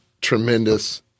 tremendous